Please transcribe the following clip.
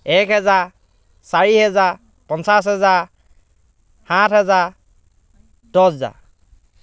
এক হেজাৰ চাৰি হেজাৰ পঞ্চাছ হেজাৰ সাত হেজাৰ দহ হেজাৰ